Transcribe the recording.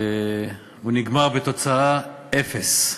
הוא נגמר בתוצאה אפס: